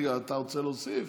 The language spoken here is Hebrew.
אתה רוצה להוסיף?